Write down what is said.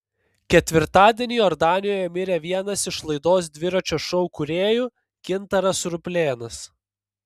ketvirtadienį jordanijoje mirė vienas iš laidos dviračio šou kūrėjų gintaras ruplėnas